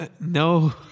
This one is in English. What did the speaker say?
No